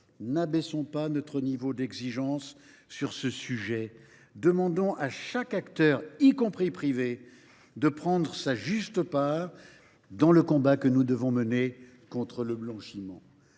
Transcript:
N’abaissons pas notre niveau d’exigence à cet égard. Demandons à chaque acteur, y compris privé, de prendre sa juste part dans le combat que nous devons mener contre le blanchiment.